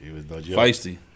feisty